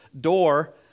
door